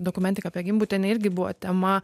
dokumentiką apie gimbutienę irgi buvo tema